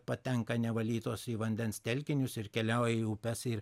patenka nevalytos į vandens telkinius ir keliauja į upes ir